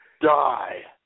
die